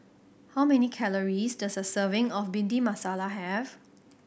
how many calories does a serving of Bhindi Masala have